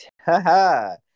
haha